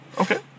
Okay